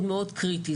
מאוד קריטי,